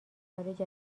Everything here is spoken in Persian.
خارج